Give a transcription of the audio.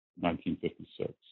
1956